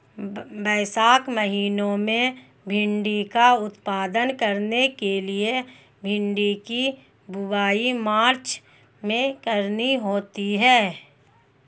वैशाख महीना में भिण्डी का उत्पादन करने के लिए भिंडी की बुवाई मार्च में करनी होती है